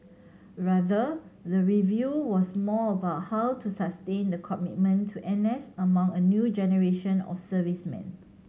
rather the review was more about how to sustain the commitment to N S among a new generation of servicemen